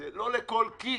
לא לכל כיס,